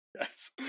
yes